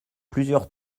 plusieurs